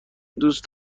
دوست